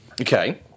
Okay